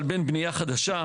אבל בין בנייה חדשה,